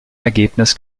ereignis